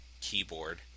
keyboard